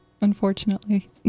unfortunately